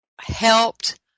helped